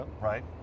right